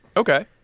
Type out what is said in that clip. Okay